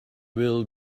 will